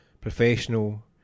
professional